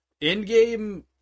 In-game